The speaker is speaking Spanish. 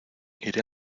iré